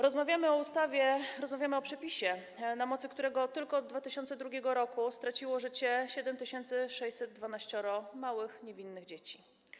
Rozmawiamy o ustawie, rozmawiamy o przepisie, na mocy którego tylko od 2002 r. straciło życie 7612 małych, niewinnych dzieci.